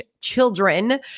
children